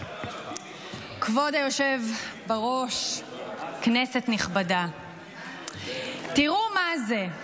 כבוד היושב בראש, כנסת נכבדה, תראו מה זה.